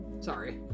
sorry